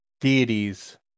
deities